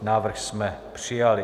Návrh jsme přijali.